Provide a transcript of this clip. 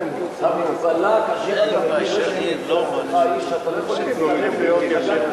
המגבלה כאשר אתה פורש ממפלגתך היא שאתה לא יכול להצטרף למפלגה קיימת,